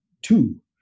Two